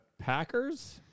Packers